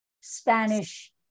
Spanish